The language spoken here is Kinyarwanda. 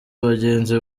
bagenzi